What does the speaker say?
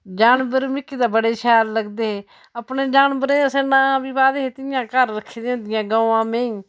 जानवर मिकी ते बड़े शैल लगदे अपने जानवरे असें ते नांऽ बी पाए दे हे जियां घर रक्खी दियां होंदियां गवां मेहीं